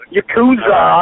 Yakuza